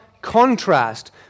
contrast